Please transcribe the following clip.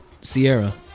Sierra